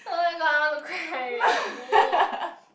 oh-my-god I want to cry already